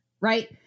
Right